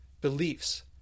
beliefs